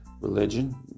religion